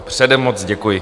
Předem moc děkuji.